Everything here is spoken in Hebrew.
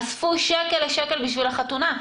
אספו שקל לשקל בשביל החתונה.